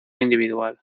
individual